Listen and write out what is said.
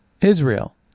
Israel